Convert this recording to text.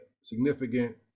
significant